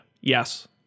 Yes